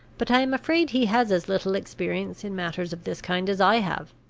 but i am afraid he has as little experience in matters of this kind as i have.